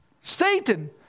Satan